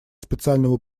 специальному